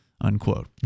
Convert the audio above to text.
unquote